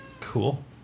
Cool